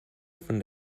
von